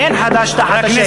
אין חדש תחת השמש.